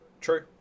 True